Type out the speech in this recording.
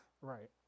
right